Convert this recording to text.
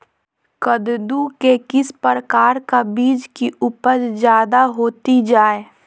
कददु के किस प्रकार का बीज की उपज जायदा होती जय?